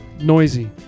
Noisy